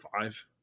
five